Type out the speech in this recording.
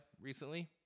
recently